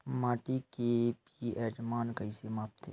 माटी के पी.एच मान कइसे मापथे?